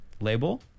label